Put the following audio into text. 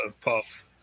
Puff